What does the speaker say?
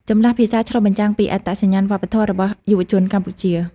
ចម្លាស់ភាសាឆ្លុះបញ្ចាំងពីអត្តសញ្ញាណវប្បធម៌របស់យុវជនកម្ពុជា។